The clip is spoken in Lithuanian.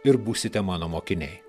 ir būsite mano mokiniai